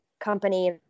Company